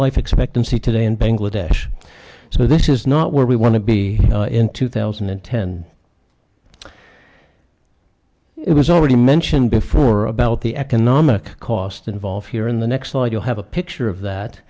life expectancy today in bangladesh so this is not where we want to be in two thousand and ten it was already mentioned before about the economic cost involved here in the next so i do have a picture of that